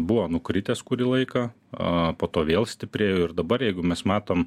buvo nukritęs kurį laiką po to vėl stiprėjo ir dabar jeigu mes matom